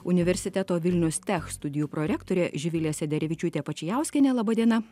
universiteto vilnius tech studijų prorektorė živilė sederevičiūtė pačiauskienė laba diena